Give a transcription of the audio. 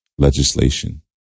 Legislation